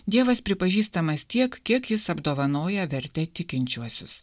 dievas pripažįstamas tiek kiek jis apdovanoja verte tikinčiuosius